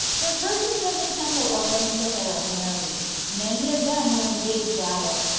the virgins of the temple arranged the hair of mary many of them were en gaged at it,